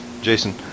Jason